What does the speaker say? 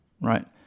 right